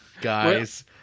guys